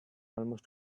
almost